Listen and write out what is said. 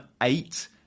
eight